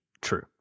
True